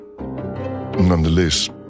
Nonetheless